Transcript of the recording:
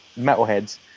metalheads